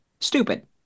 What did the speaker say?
stupid